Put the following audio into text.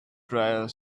dryer